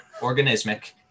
organismic